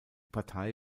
partei